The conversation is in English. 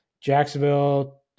Jacksonville